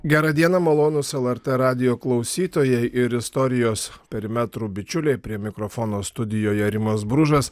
gera diena malonūs lrt radijo klausytojai ir istorijos perimetrų bičiuliai prie mikrofono studijoje rimas bružas